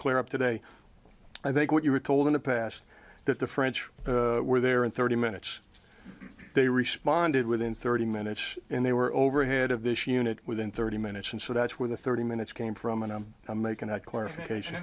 clear up today i think what you were told in the past that the french were there in thirty minutes they responded within thirty minutes and they were overhead of this unit within thirty minutes and so that's where the thirty minutes came from and i'm making that clarification